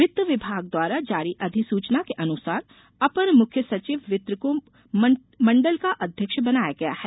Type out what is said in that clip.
वित्त विभाग द्वारा जारी अधिसूचना के अनुसार अपर मुख्य सचिव वित्त को मंडल का अध्यक्ष बनाया गया है